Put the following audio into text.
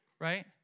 right